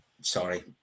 Sorry